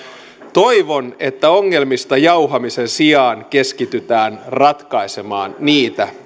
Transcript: toivon että ongelmista jauhamisen sijaan keskitytään ratkaisemaan niitä